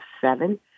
seven